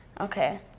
Okay